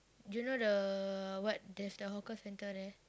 you know the what there's the hawker-centre there